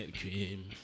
cream